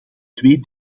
twee